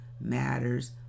matters